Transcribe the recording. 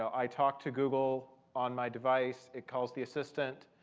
i talk to google on my device. it calls the assistant.